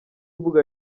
mbuga